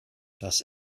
das